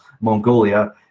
Mongolia